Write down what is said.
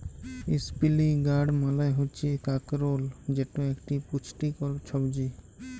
ইসপিলই গাড় মালে হচ্যে কাঁকরোল যেট একট পুচটিকর ছবজি